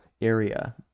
area